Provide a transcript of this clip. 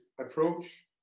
approach